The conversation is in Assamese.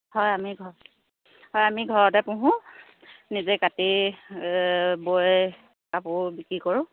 হয় আমি ঘৰ হয় আমি ঘৰতে পোহো নিজে কাটি বৈ কাপোৰ বিক্ৰী কৰোঁ